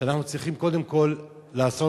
שאנחנו צריכים קודם כול לעשות